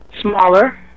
Smaller